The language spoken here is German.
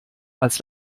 als